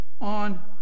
on